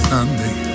Sunday